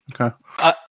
Okay